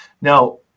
Now